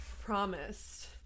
promised